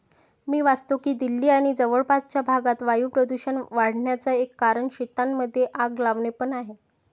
मी वाचतो की दिल्ली आणि जवळपासच्या भागात वायू प्रदूषण वाढन्याचा एक कारण शेतांमध्ये आग लावणे पण आहे